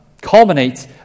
culminates